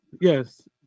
Yes